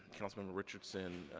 councilman richardson,